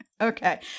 okay